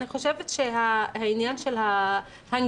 אני חושבת שהעניין של ההנגשה,